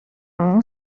اون